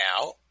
Now